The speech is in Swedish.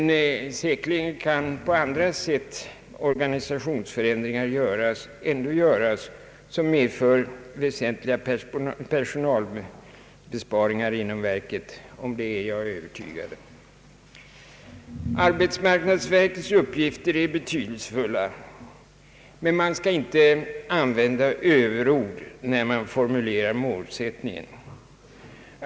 Säkerligen kan på andra sätt organisationsförändringar göras som medför väsentliga personalbesparingar inom verket. Det är jag övertygad om. Arbetsmarknadsverkets uppgifter är betydelsefulla, men man skall inte använda överord när man formulerar målsättningen.